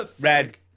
red